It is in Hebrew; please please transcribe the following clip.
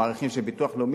המעריכים של ביטוח לאומי,